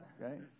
Okay